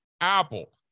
Apple